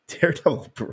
Daredevil